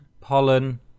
Pollen